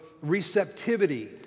receptivity